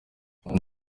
anne